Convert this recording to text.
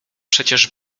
przecież